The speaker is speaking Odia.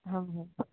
ହଉ ହଉ